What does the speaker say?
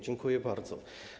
Dziękuję bardzo.